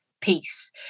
peace